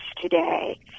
today